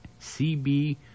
CB